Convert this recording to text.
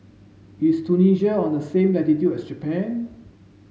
is Tunisia on the same latitude as Japan